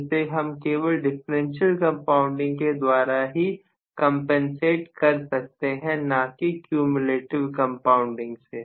जिसे हम केवल डिफरेंशियल कंपाउंडिंग के द्वारा ही कंपनी सेट कर सकते हैं ना कि क्यूम्यूलेटिव कंपाउंडिंग से